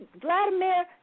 Vladimir